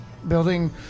building